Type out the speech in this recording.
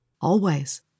Always